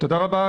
תודה רבה,